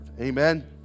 Amen